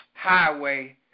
highway